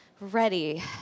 ready